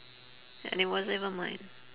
and it wasn't even mine